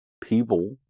people